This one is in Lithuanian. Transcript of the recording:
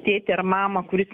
tėtį ar mamą kuris